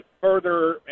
further